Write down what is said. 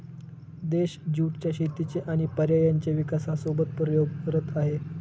देश ज्युट च्या शेतीचे आणि पर्यायांचे विकासासोबत प्रयोग करत आहे